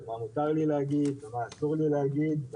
מה מותר לי להגיד ומה אסור לי להגיד.